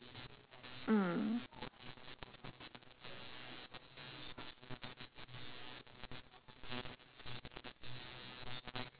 mm